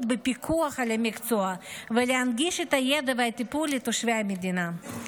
בפיקוח על המקצוע ולהנגיש את הידע והטיפול לתושבי המדינה.